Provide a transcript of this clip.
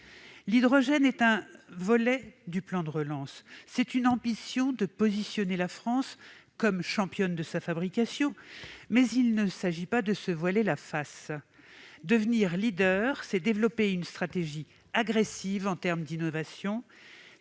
L'hydrogène est un volet du plan de relance. Il s'agit de positionner la France comme championne de sa fabrication, mais ne nous voilons pas la face : devenir leader, c'est développer une stratégie agressive en matière d'innovation,